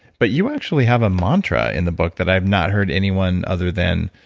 but you actually have a mantra in the book that i've not heard anyone other than